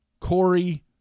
Corey